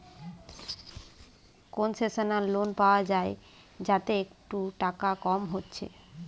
concessional loan পায়া যায় যাতে একটু টাকা কম হচ্ছে